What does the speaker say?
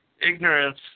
ignorance